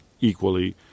equally